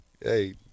hey